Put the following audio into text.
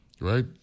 right